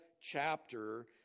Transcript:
chapter